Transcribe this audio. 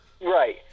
Right